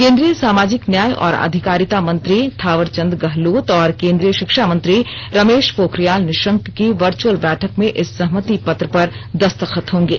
केन्द्रीय सामाजिक न्याय और अधिकारिता मंत्री थावरचंद गहलोत और केन्द्रीय शिक्षा मंत्री रमेश पोखरियाल निशंक की वर्जुअल बैठक में इस सहमति पत्र पर दस्तखत होंगे